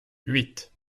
huit